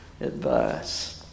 advice